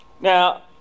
Now